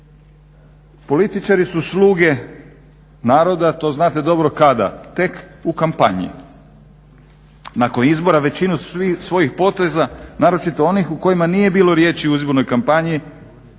Političari su sluge naroda, to znate dobro kada tek u kompaniji. Nakon izbora većinu svojih poteza naročito onih u kojima nije bilo riječi u izbornoj kompaniji